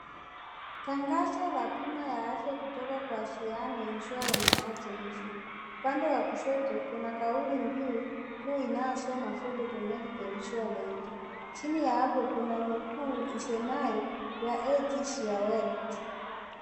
Tangazo la bima ya afya kutoka Aziano Insurance Agency upande wa kushoto kuna akali mbiu inayosema affordable insurance , chini ya hapo kuna nukuu ya isemayo your health is your wealth .